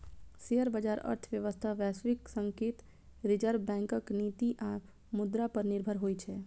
share बाजार अर्थव्यवस्था, वैश्विक संकेत, रिजर्व बैंकक नीति आ मुद्रा पर निर्भर होइ छै